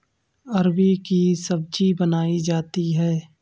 अरबी की सब्जी बनायीं जाती है